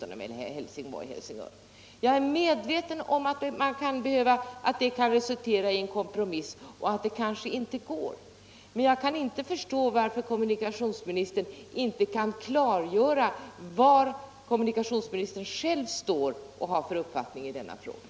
Jag är medveten om att det kanske — Nr 73 ine går äte Genomföra ellen att det kan resultera i en kompromiss, men Måndagen den jag kan inte förstå varför kommunikationsministern inte kan klargöra 5 maj 1975 vilken uppfattning han själv har i denna fråga.